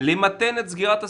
למתן את סגירת הסניפים.